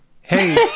Hey